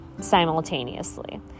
simultaneously